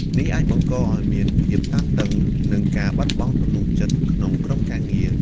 នេះអាចបង្កឱ្យមានភាពតានតឹង និងការបាត់បង់ទំនុកចិត្តក្នុងក្រុមការងារ។